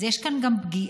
אז יש כאן גם פגיעה,